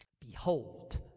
Behold